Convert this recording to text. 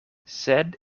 sed